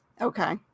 Okay